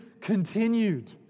continued